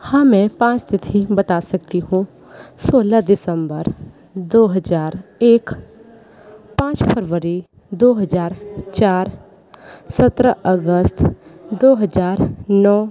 हाँ मैं पाँच तिथि बता सकती हूँ सोलह दिसम्बर दो हज़ार एक पाँच फरवरी दो हज़ार चार सत्रह अगस्त दो हज़ार नौ